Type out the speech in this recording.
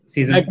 Season